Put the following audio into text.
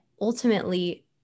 ultimately